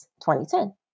2010